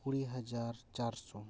ᱠᱩᱲᱤ ᱦᱟᱡᱟᱨ ᱪᱟᱨᱥᱳ